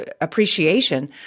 appreciation